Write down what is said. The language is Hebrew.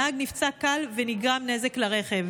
הנהג נפצע קל ונגרם נזק לרכב.